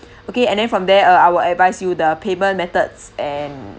okay and then from there uh I will advise you the payment methods and